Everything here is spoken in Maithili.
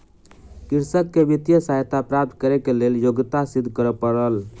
कृषक के वित्तीय सहायता प्राप्त करैक लेल योग्यता सिद्ध करअ पड़ल